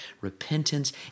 repentance